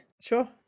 Sure